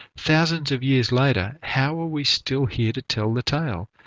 thousands of years later, how are we still here to tell the tale?